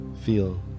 feel